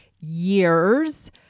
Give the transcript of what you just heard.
years